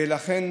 ולכן,